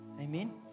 Amen